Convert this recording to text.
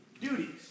duties